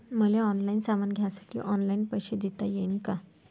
मले ऑनलाईन सामान घ्यासाठी ऑनलाईन पैसे देता येईन का?